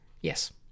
Yes